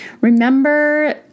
remember